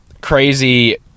crazy